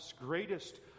greatest